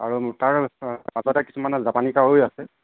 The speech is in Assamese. আৰু তাৰ মাজতে কিছুমান জাপানী কাৱৈ আছে